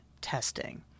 testing